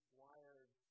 wired